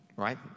right